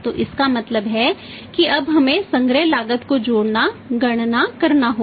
तो इसका मतलब है कि अब हमें संग्रह लागत को जोड़ना गणना करना होगा